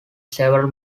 several